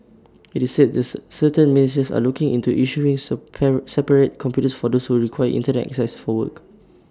IT is said this certain ministries are looking into issuing separate computers for those who require Internet access for work